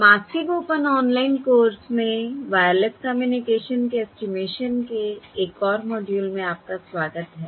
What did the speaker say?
massive open online course में wireless communication के estimation के एक और मॉड्यूल में आपका स्वागत है